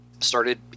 started